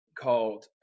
called